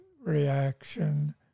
reaction